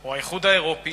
או שנולד האיחוד האירופי